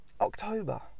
october